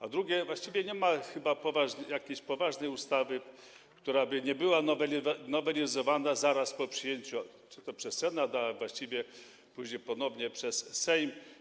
A drugie - właściwie nie ma chyba jakiejś poważnej ustawy, która by nie była nowelizowana zaraz po przyjęciu przez Senat, a właściwie później ponownie przez Sejm.